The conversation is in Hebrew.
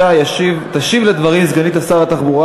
הצעת חוק לתיקון פקודת התעבורה